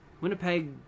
Winnipeg